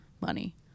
money